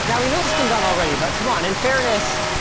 now we know it's been done already, but come on. in fairness,